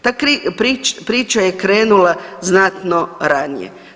Ta priča je krenula znatno ranije.